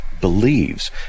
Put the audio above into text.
believes